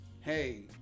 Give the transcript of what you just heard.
Hey